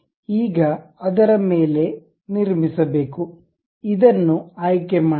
ಈಗ ಅದರ ಮೇಲೆ ನಿರ್ಮಿಸಬೇಕು ಇದನ್ನು ಆಯ್ಕೆ ಮಾಡಿ